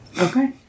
Okay